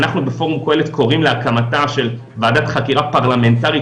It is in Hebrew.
אנחנו בפורום קהלת קוראים להקמת ועדת חקירה פרלמנטרית